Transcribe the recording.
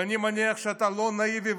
ואני מניח שאתה לא נאיבי,